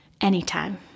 anytime